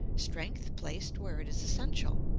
strength placed where it is essential.